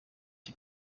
die